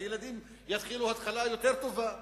שהילדים יתחילו התחלה טובה יותר.